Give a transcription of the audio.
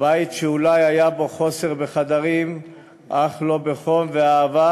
בית שאולי היה בו חוסר בחדרים אך לא בחום ואהבה,